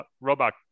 robot